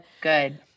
good